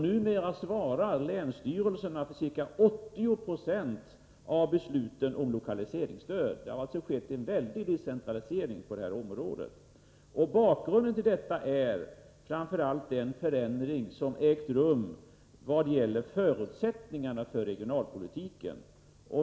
Numera svarar länsstyrelserna för ca 80 26 av besluten om lokaliseringsstöd. Det har alltså skett en omfattande decentralisering på det här området. Bakgrunden till detta är framför allt den förändring som ägt rum i fråga om förutsättningarna för regionalpolitiken.